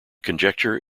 conjecture